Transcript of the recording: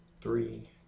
three